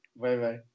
Bye-bye